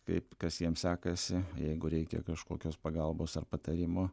kaip kas jiems sekasi jeigu reikia kažkokios pagalbos ar patarimo